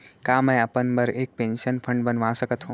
का मैं अपन बर एक पेंशन फण्ड बनवा सकत हो?